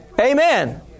Amen